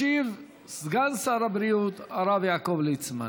ישיב סגן שר הבריאות הרב יעקב ליצמן.